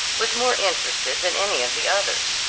was more interested than any of the others.